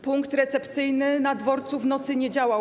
Punkt recepcyjny na dworcu w nocy nie działał.